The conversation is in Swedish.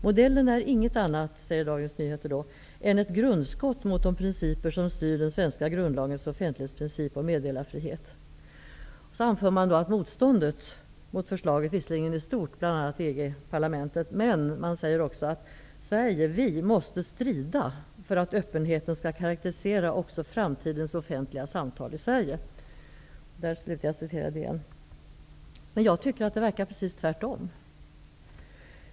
Modellen är inget annat än ett grundskott mot de pinciper som styr den svenska grundlagens offentlighetsprincip och meddelarfrihet. Motståndet mot förslaget är visserligen stort. --- Vi måste strida för att öppenheten ska karaktärisera också framtidens offentliga samtal i Sverige.'' Jag tycker att det verkar precis tvärtom!